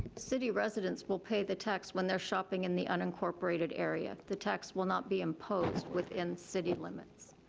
city residents will pay the tax when they're shopping in the unincorporated area. the tax will not be imposed within city limits.